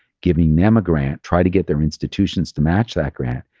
giving them a grant, try to get their institutions to match that grant,